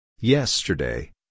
Yesterday